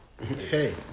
Hey